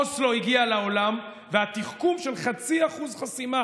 אוסלו הגיע לעולם, והתחכום של 0.5% בחסימה